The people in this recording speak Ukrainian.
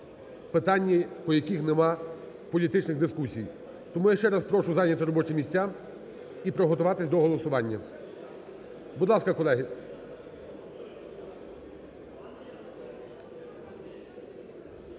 питання, по яких нема політичних дискусій. Тому я ще раз прошу зайняти робочі місця і приготуватись до голосування. Будь ласка, колеги.